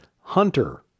Hunter